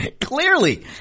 Clearly